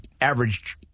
average